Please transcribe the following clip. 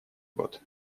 год